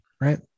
right